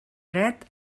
dret